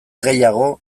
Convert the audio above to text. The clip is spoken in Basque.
gehiago